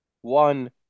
one